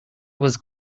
was